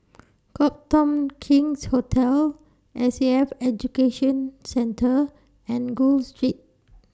Copthorne King's Hotel S A F Education Centre and Gul Street